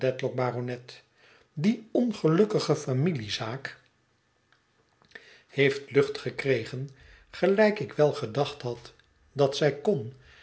die ongelukkige familiezaak heeft lucht gekregen gelijk ik wel gedacht had dat zij kon